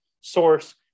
source